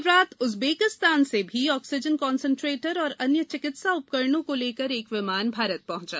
कल रात उज़्बेकिस्तान से भी ऑक्सीजन कांसेंट्रेटर और अन्य चिकित्सा उपकरणों को लेकर एक विमान भारत पहुंचा